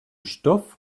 stoff